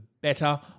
better